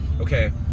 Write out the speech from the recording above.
Okay